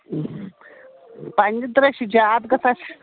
پنٕنی درٕٛے چھِ زیادٕ گژھان